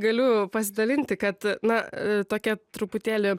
galiu pasidalinti kad na tokia truputėlį